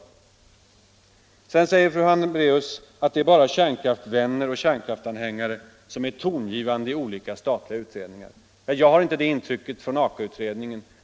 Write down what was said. Sedan sade fru Hambraeus att det bara är kärnkraftsvänner och kärnkraftsanhängare som är tongivande i olika statliga utredningar. Jag har inte det intrycket från AKA-utredningen.